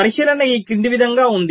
పరిశీలన ఈ క్రింది విధంగా ఉంది